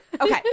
Okay